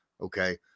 Okay